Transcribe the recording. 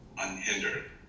unhindered